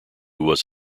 was